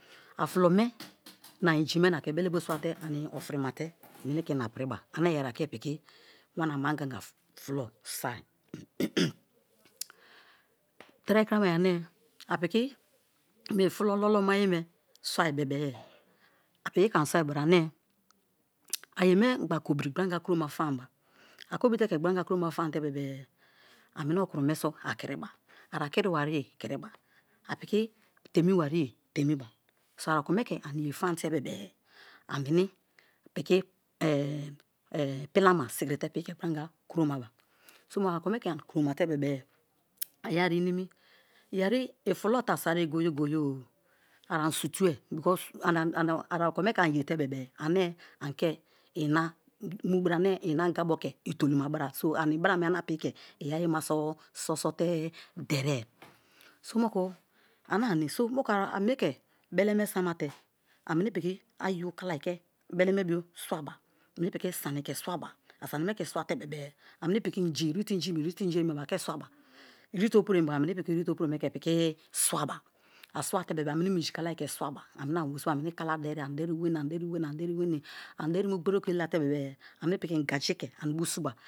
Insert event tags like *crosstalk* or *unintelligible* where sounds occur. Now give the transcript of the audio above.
A fulo me *noise* na inji me na ke belebo swate ani ofrimate meni ke ma piriba, ane yeri aki piki wanama ganga fulo soi *noise* tre kramaye ani apiki mie fulo lolomaye soi bebe-e a piki ke ani soi bra ane aye mengba kobri gbori-anga kuroma famaba, okobri le ke gbori-anga kroma famate-bebe-e a meni okra me so ani kriba a akiribariye kriba, a piki temibari ye temiba so a okome ke aniye famate bebe-e ameni piki *hesitation* plama sikirite gbori-anga kuroma *unintelligible* te bebe-e ayai ye iniim, yeri fulo te a soi goye-goye a ani sutue because *hesitation* a okome ke ani ye te bebe-e ane ani ke ina mu bra ane ina-angabo ke itoluma bra so anibra me ane apiki ke iyayi ma so so sote derie so moku ana ni so moku amieke beleme samate ameni piki ayo kalai ke beleme bo swaba, a sanime ke swate bebe-e ameni piki inji inete-inji emi bebe-e ake swaba, irete-opuro emi bebe-e ameni piki irete opuro me ke piki swaba a swate bebe-e a meni minji kalai ke swaba ameni ani werisoba ani meni kala dari, ani dariweni, deri weni, dariweni ani dari mu gboru okay late-e bebe-e a meni piki ingaji ke ani bo suba.